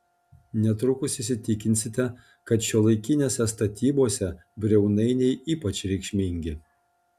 netrukus įsitikinsite kad šiuolaikinėse statybose briaunainiai ypač reikšmingi